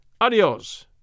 adios